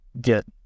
get